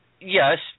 Yes